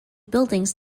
buildings